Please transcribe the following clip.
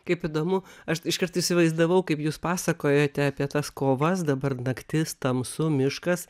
kaip įdomu aš iškart įsivaizdavau kaip jūs pasakojote apie tas kovas dabar naktis tamsu miškas